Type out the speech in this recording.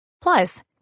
Plus